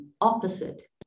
opposite